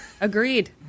Agreed